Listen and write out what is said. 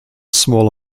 small